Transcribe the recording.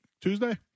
Tuesday